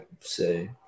say